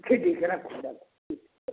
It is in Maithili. ठीक ठीक छै राखू हँ बस ठीक छै